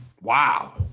wow